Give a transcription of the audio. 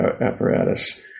apparatus